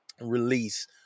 release